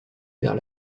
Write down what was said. vers